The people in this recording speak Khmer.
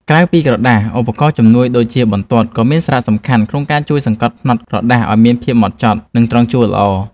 ក្រៅពីក្រដាស ឧបករណ៍ជំនួយដូចជាបន្ទាត់ ក៏មានសារៈសំខាន់ក្នុងការជួយសង្កត់ផ្នត់ក្រដាសឱ្យមានភាពហ្មត់ចត់ និងត្រង់ជួរល្អ។